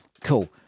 cool